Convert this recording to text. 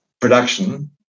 production